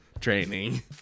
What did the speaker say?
training